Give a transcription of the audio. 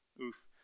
oof